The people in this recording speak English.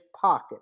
pocket